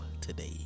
today